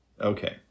Okay